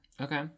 Okay